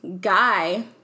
guy